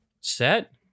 Set